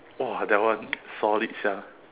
!wah! that one solid sia